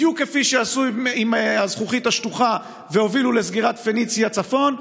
בדיוק כפי שעשו עם הזכוכית השטוחה והובילו לסגירת פניציה צפון,